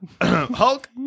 Hulk